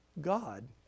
God